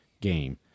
game